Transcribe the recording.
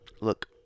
Look